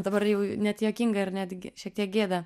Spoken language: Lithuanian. dabar jau net juokinga ir netgi šiek tiek gėda